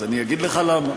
אז אני אגיד לך למה.